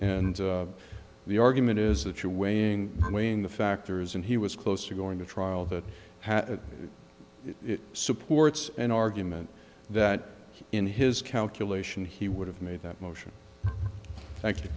and the argument is that you're weighing weighing the factors and he was close to going to trial that it supports an argument that in his calculation he would have made that motion